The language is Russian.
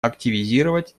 активизировать